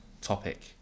topic